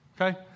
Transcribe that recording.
Okay